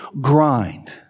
grind